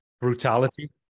brutality